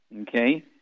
okay